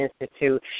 Institute